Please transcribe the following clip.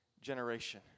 generation